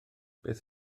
beth